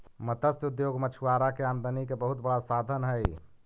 मत्स्य उद्योग मछुआरा के आमदनी के बहुत बड़ा साधन हइ